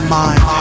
mind